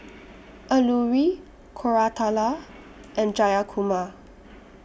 Alluri Koratala and Jayakumar